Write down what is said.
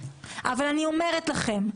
אבל אני אומרת לכם,